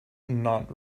not